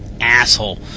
asshole